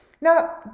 now